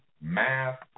math